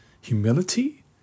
Humility